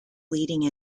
leading